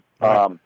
Right